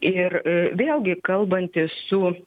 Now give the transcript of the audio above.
ir vėlgi kalbantis su